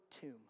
tomb